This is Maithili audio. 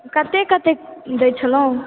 कतेक कतेकके दै छलहुॅं